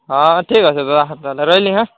ହଁ ଠିକ୍ ଅଛି ଦାଦା ରହିଲି ହେଁ